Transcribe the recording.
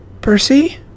Percy